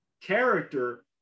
character